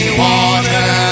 water